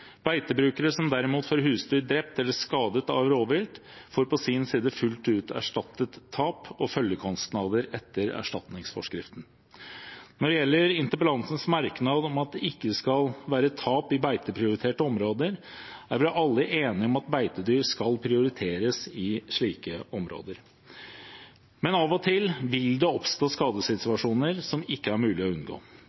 Beitebrukere som derimot får husdyr drept eller skadet av rovvilt, får på sin side fullt ut erstattet tap og følgekostnader etter erstatningsforskriften. Når det gjelder interpellantens merknad om at det ikke skal være tap i beiteprioriterte områder, er vi alle enige om at beitedyr skal prioriteres i slike områder. Men av og til vil det oppstå